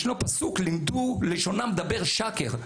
יש פסוק: "לימדו לשונם דבר שקר".